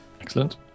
Excellent